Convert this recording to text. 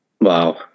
Wow